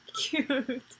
cute